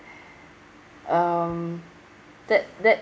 um tha~ that